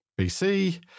BC